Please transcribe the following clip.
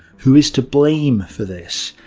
who is to blame for this?